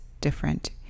different